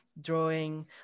drawing